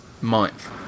month